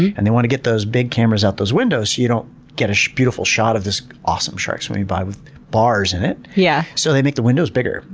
and they want to get those big cameras out those windows so you don't get a beautiful shot of this awesome shark swimming by with bars in it, yeah so they make the windows bigger.